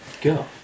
Go